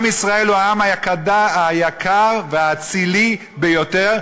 עם ישראל הוא העם היקר והאצילי ביותר,